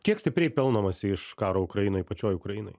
kiek stipriai pelnomasi iš karo ukrainoj pačioj ukrainoj